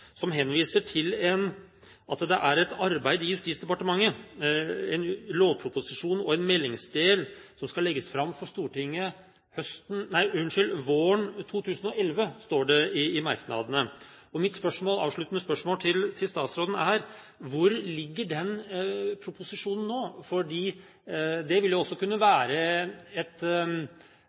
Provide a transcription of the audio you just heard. som henviser til at det er et arbeid i Justisdepartementet med en lovproposisjon med en meldingsdel som skal legges fram for Stortinget våren 2011. Mitt avsluttende spørsmål til statsråden er: Hvor ligger den proposisjonen nå? Det vil jo også kunne være et